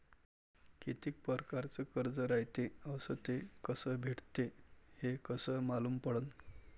कितीक परकारचं कर्ज रायते अस ते कस भेटते, हे कस मालूम पडनं?